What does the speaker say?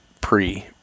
pre